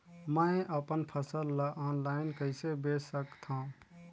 मैं अपन फसल ल ऑनलाइन कइसे बेच सकथव?